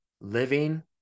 living